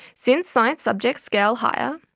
since science subjects scale higher,